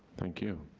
thank you.